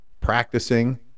practicing